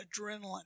adrenaline